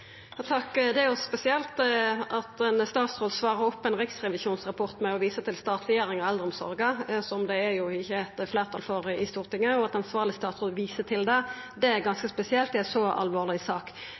Det er spesielt at ein statsråd svarar opp ein riksrevisjonsrapport med å visa til statleggjering av eldreomsorga, som det ikkje er fleirtal for i Stortinget. At ansvarleg statsråd viser til det, er